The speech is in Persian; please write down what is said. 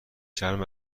چرم